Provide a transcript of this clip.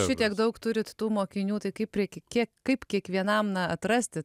šitiek daug turit tų mokinių tai kaip reikia kiek kaip kiekvienam na atrasti